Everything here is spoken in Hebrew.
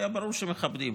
היה ברור שמכבדים.